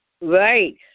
Right